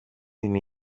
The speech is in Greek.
την